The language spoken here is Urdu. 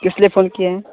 کس لیے فون کیے ہیں